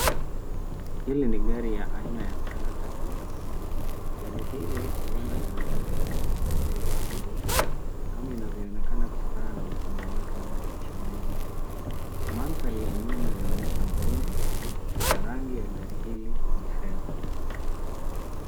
Hili ni gari aina la toyota hiyas, gari hili huenda linatumika kama usafi wa abiria, kama inavyoonekana kutokana na ukubwa wake na madirisha mengi. Mandhari ya nyuma inaonyesha mlima, na rangi ya gari hili ni fedha.